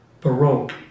Baroque